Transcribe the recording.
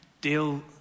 deal